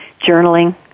journaling